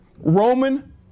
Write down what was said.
Roman